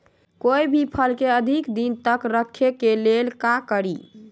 कोई भी फल के अधिक दिन तक रखे के लेल का करी?